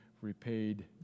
repaid